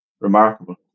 remarkable